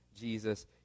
Jesus